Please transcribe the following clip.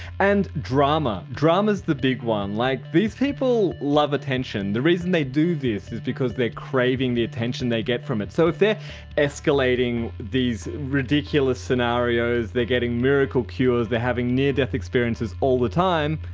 and drama. drama's the big one. like these people love attention. the reason they do this is because they're craving the attention they get from it. so if they're escalating these ridiculous scenarios, they're getting miracle cures, they're having near death experiences all the time,